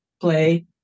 play